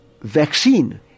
vaccine